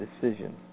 decision